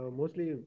mostly